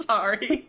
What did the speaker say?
Sorry